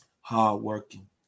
Hardworking